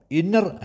inner